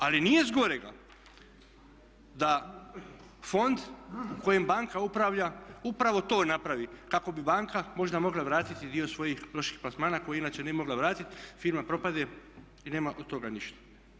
Ali nije s gorega da fond u kojem banka upravlja upravo to napravi kako bi banka možda mogla vratiti dio svojih loših plasmana koje inače nije mogla vratiti, firma propadne i nema od toga ništa.